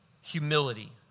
humility